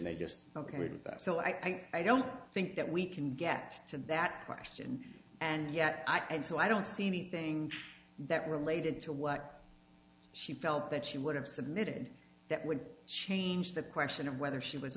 that so i think i don't think that we can get to that question and yet i did so i don't see anything that related to what she felt that she would have submitted that would change the question of whether she was